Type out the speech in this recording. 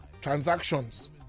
Transactions